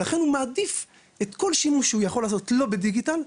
ולכן הוא מעדיף כל שימוש שהוא יכול לעשות שלא בדיגיטל,